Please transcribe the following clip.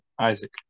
isaac